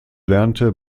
lernte